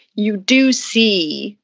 you do see,